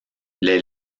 les